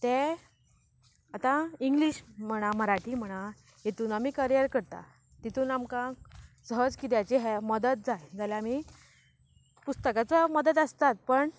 ते आतां इंग्लीश म्हणा मराठी म्हणा हेतून आमी करियर करता तितून आमकां सहज किद्याचें हें मदत जाय जाल्यार आमी पुस्तकाचो मदत आसतात पण